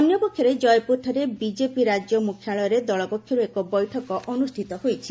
ଅନ୍ୟପକ୍ଷରେ ଜୟପୁରଠାରେ ବିଜେପି ରାଜ୍ୟ ମୁଖ୍ୟାଳୟରେ ଦଳ ପକ୍ଷରୁ ଏକ ବୈଠକ ଅନୁଷ୍ଠିତ ହୋଇଯାଇଛି